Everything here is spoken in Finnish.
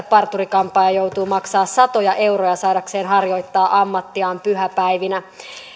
parturi kampaaja joutuu maksamaan satoja euroja saadakseen harjoittaa ammattiaan pyhäpäivinä